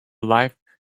life